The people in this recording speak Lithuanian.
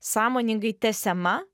sąmoningai tęsiama